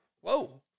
Whoa